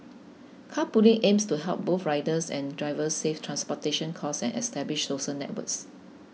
carpooling aims to help both riders and drivers save transportation costs and establish social networks